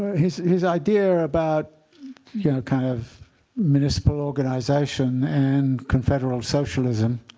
his his idea about you know kind of municipal organization and confederal socialism